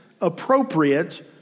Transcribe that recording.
appropriate